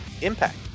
Impact